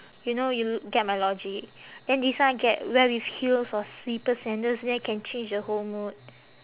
you know you get my logic then this one I get wear with heels or slipper sandals then I can change the whole mood